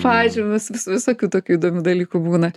pažymius vis visokių tokių įdomių dalykų būna